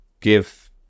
give